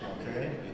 okay